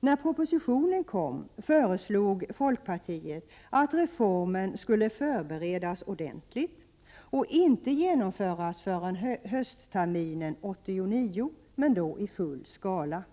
När propositionen kom föreslog folkpartiet att reformen skulle förberedas ordentligt och inte genomföras förrän höstterminen 1989, men då i full skala.